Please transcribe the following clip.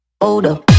Older